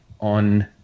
on